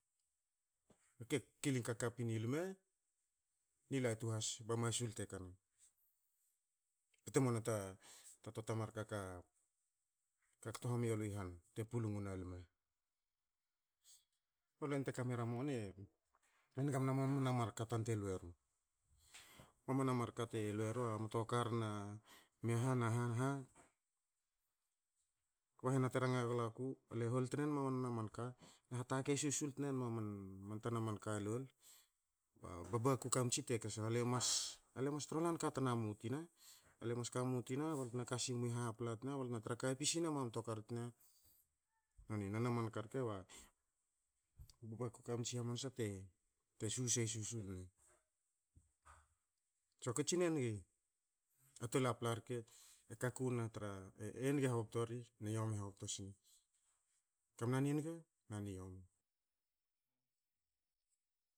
Ke kiling kakapin i luma ni latu has, ba masul te kana. Bte moana ta toa ta mar ka ka kto ka homi yolu i han te pulung wona lume. U len te kamera moni e nig mna mar ka tan te lueru. Mamana mar ka te lueru a mtokar, na ha na ha na ha, kba hena te ranga gula ku, ale hol tnenma mamana man ka, le hatakei susul lol tnenma man- man tana man ka lol ba baku kamtsi te ka sne ale mas- ale mas trola ni ka tanamu tina, balte na ka simu i hapla tina, ba lo tena tra kapi sinenma moto kar tina noni. Noni a manka rke ba baku kamtsi hamansa te susei susul ne. Tsa ko tsi nengi a tol a pla rke e kaku na tra, e nge hobto ri ne yomi hobto siri. Kamna ni niga, na ni yomi.